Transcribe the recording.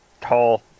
tall